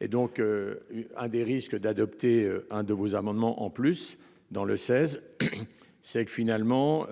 et donc. Un des risques d'adopter un de vos amendements en plus dans le 16. C'est que finalement.